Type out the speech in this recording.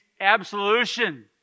absolution